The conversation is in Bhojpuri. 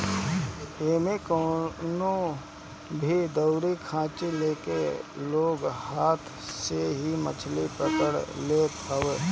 एमे कवनो भी दउरी खाची लेके लोग हाथ से ही मछरी पकड़ लेत हवे